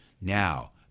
Now